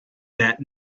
that